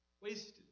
wasted